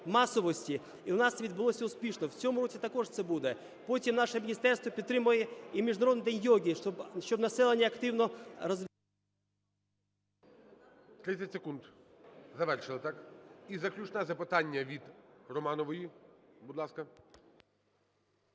масовості. І у нас відбулося це успішно. В цьому році також це буде. Потім наше міністерство підтримає і Міжнародний день йоги, щоб населення активно… ГОЛОВУЮЧИЙ. 30 секунд. Завершили, так? І заключне запитання - від Романової. Будь ласка.